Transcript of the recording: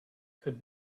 could